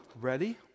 ready